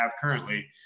currently